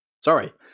Sorry